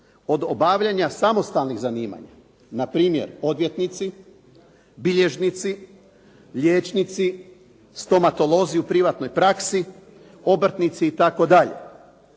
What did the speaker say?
od obavljanja samostalnih zanimanja. Na primjer, odvjetnici, bilježnici, liječnici, stomatolozi u privatnoj praksi, obrtnici itd.